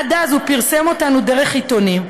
עד אז הוא פרסם אותנו דרך עיתונים,